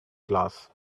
glass